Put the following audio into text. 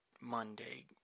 Monday